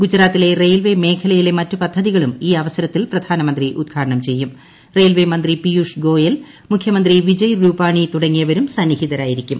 ഗുജറാത്തിലെ റെയിൽവേ മേഖലയിലെ മറ്റ് പദ്ധതികളും ഈ അവസരത്തിൽ പ്രധാനമന്ത്രി ഉദ്ഘാടനം പിയൂഷ് ഗോയൽ മുഖ്യമന്ത്രി പ്പിജ്യ് രൂപാണി തുടങ്ങിയവരും സന്നിഹിതരായിരിക്കും